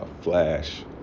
flash